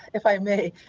if i may,